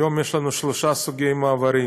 היום יש לנו שלושה סוגי מעברים: